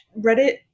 Reddit